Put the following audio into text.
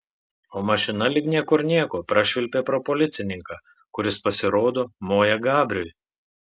o mašina lyg niekur nieko prašvilpė pro policininką kuris pasirodo moja gabriui